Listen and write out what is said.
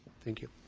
thank you.